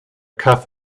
cough